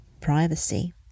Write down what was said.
privacy